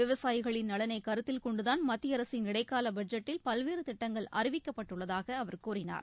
விவசாயிகளின் நலனை கருத்தில் கொண்டுதான் மத்திய அரசின் இடைக்கால பட்ஜெட்டில் பல்வேறு திட்டங்கள் அறிவிக்கப்பட்டுள்ளதாக அவர் கூறினார்